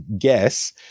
guess